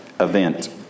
Event